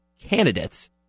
candidates